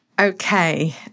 Okay